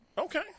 Okay